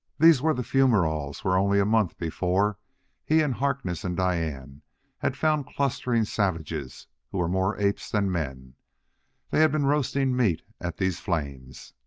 these were the fumeroles where only a month before he and harkness and diane had found clustering savages who were more apes than men they had been roasting meat at these flames.